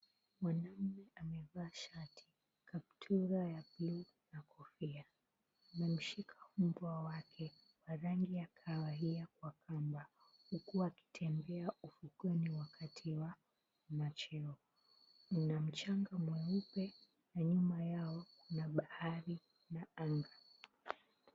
Mwanaume amevaa shati, kaptura ya buluu na kofia, amemshika mbwa wake wa rangi ya kahawia kwa kamba huku akitembea ufukweni wakati wa macheo. Kuna mchanga mweupe na nyumba yao na bahari na anga.